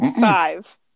Five